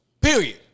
Period